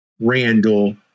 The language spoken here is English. randall